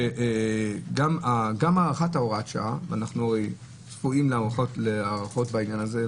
שגם הארכת הוראת השעה ואנחנו צפויים להארכות בעניין הזה,